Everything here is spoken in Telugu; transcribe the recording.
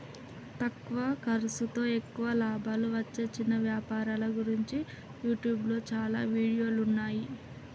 తక్కువ ఖర్సుతో ఎక్కువ లాభాలు వచ్చే చిన్న వ్యాపారాల గురించి యూట్యూబ్లో చాలా వీడియోలున్నయ్యి